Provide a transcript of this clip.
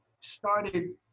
started